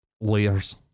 layers